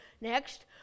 next